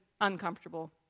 uncomfortable